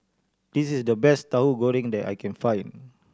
this is the best Tahu Goreng that I can find